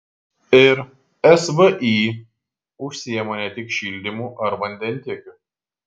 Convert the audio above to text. ir svį užsiima ne tik šildymu ar vandentiekiu